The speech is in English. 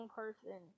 person